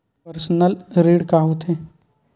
Personal ऋण का होथे?